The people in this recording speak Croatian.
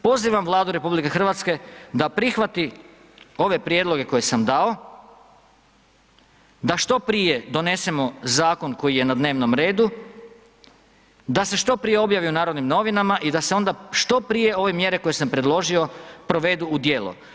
Pozivam Vladu RH da prihvati ove prijedloge koje sam dao, da što prije donesemo zakon koji je na dnevnom redu, da se što prije objavi u Narodnim novinama i da se onda što prije ove mjere koje sam predložio provedu u djelo.